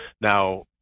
now